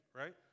right